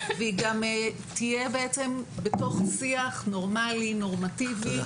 והיא גם תהיה בתוך שיח נורמלי ונורמטיבי